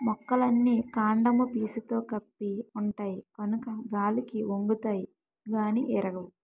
మొక్కలన్నీ కాండము పీసుతో కప్పి ఉంటాయి కనుక గాలికి ఒంగుతాయి గానీ ఇరగవు